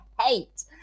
hate